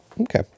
Okay